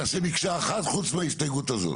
נעשה מקשה אחת חוץ מההסתייגות הזאת.